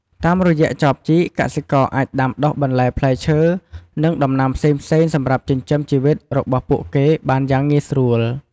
តាមរយៈចបជីក កសិករអាចដាំដុះបន្លែ ផ្លែឈើ និងដំណាំផ្សេងៗសម្រាប់ចិញ្ចឹមជីវិតរបស់ពួកគេបានយ៉ាងងាយស្រួល។